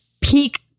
peak